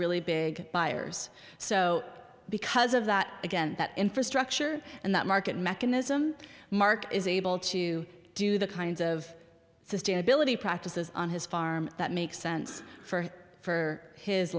really big buyers so because of that again that infrastructure and that market mechanism mark is able to do the kinds of sustainability practices on his farm that makes sense for for his